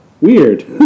weird